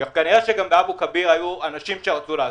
כנראה שגם באבו כביר היו אנשים שרצו לעזור.